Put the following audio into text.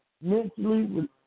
mentally